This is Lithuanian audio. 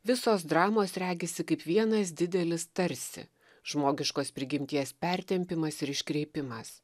visos dramos regisi kaip vienas didelis tarsi žmogiškos prigimties pertempimas ir iškreipimas